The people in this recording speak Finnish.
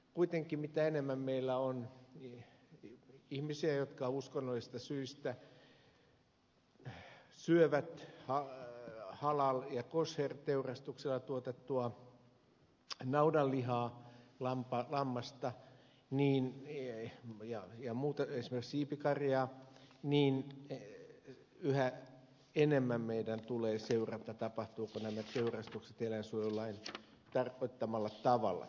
kuitenkin mitä enemmän meillä on ihmisiä jotka uskonnollisista syistä syövät halal tai koser teurastuksella tuotettua naudanlihaa lammasta ja muuta esimerkiksi siipikarjaa niin yhä enemmän meidän tulee seurata tapahtuvatko nämä teurastukset eläinsuojelulain tarkoittamalla tavalla